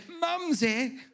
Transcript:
mumsy